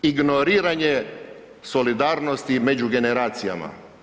Ignoriranje solidarnosti među generacijama.